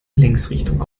längsrichtung